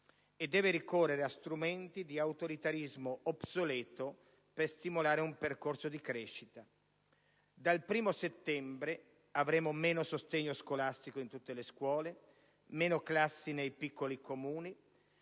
e deve ricorrere a strumenti di autoritarismo obsoleto per stimolare un percorso di crescita. Dal prossimo 1° settembre avremo meno sostegno scolastico in tutte le scuole, meno classi nei piccoli Comuni